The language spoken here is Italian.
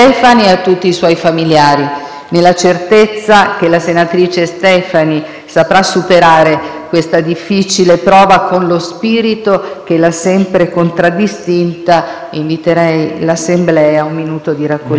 questa difficile prova con lo spirito che l'ha sempre contraddistinta, invito l'Assemblea a osservare un minuto di raccoglimento.